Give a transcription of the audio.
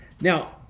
Now